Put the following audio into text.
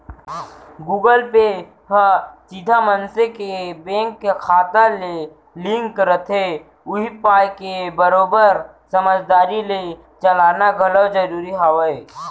Google Pay ह सीधा मनसे के बेंक के खाता ले लिंक रथे उही पाय के बरोबर समझदारी ले चलाना घलौ जरूरी हावय